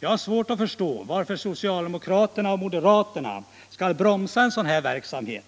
Jag har svårt att förstå varför socialdemokraterna och moderaterna skall bromsa en sådan verksamhet.